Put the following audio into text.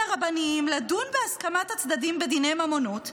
הרבניים לדון בהסכמת הצדדים בדיני ממונות,